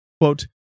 quote